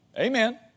Amen